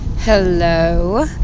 Hello